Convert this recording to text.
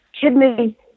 kidney